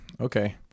okay